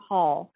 Hall